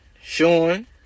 Sean